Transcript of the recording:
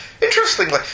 Interestingly